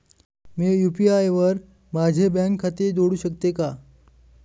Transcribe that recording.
मी UPI वर माझे bank खाते जोडू शकतो का?